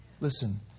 Listen